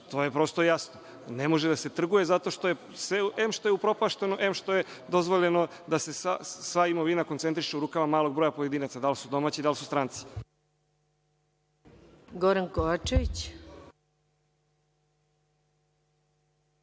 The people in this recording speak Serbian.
To je prosto jasno. Ne može da se trguje zato što, em što je upropašteno, em što je dozvoljeno da se sva imovina koncentriše u rukama malog broja pojedinaca, dal` su domaći, dal` su stranci. **Maja Gojković**